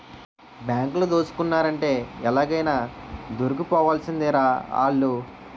బాంకులు దోసుకున్నారంటే ఎలాగైనా దొరికిపోవాల్సిందేరా ఆల్లు